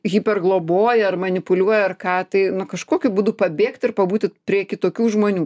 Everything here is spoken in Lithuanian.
hipergloboja ar manipuliuoja ar ką tai nu kažkokiu būdu pabėgti ir pabūti prie kitokių žmonių